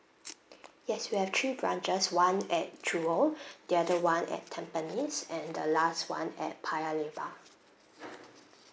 yes we have three branches one at jewel the other one at tampines and the last one at paya lebar